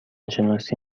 شناسی